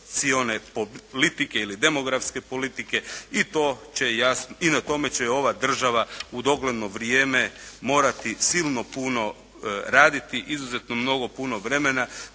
populacione politike ili demografske politike. I na tome će ova država u dogledno vrijem morati silno puno raditi. Izuzetno mnogo puno vremena